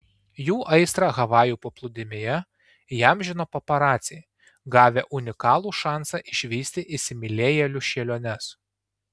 jų aistrą havajų paplūdimyje įamžino paparaciai gavę unikalų šansą išvysti įsimylėjėlių šėliones